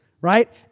right